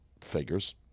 Figures